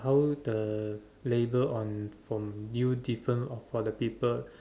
how the label on from you different or for the people